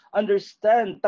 understand